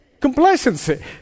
complacency